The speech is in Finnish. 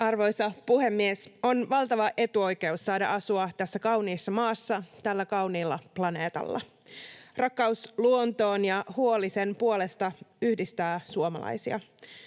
Arvoisa puhemies! On valtava etuoikeus saada asua tässä kauniissa maassa tällä kauniilla planeetalla. Rakkaus luontoon ja huoli sen puolesta yhdistää suomalaisia.